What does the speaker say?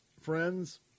Friends